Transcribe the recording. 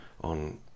on